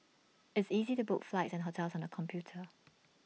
it's easy to book flights and hotels on the computer